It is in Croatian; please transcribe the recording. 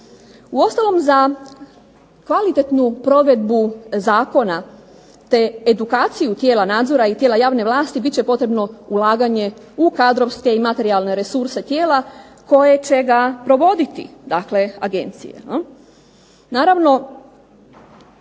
Uostalom za kvalitetnu provedbu zakona te edukaciju tijela nadzora i tijela javne vlasti bit će potrebno ulaganje u kadrovske i materijalna resurse tijela, koje će ga provoditi, dakle agencije.